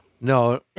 no